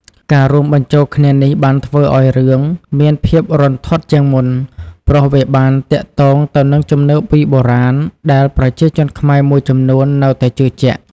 ការរួមបញ្ចូលគ្នានេះបានធ្វើឲ្យរឿងមានភាពរន្ធត់ជាងមុន ព្រោះវាបានទាក់ទងទៅនឹងជំនឿពីបុរាណដែលប្រជាជនខ្មែរមួយចំនួននៅតែជឿជាក់។